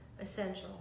essential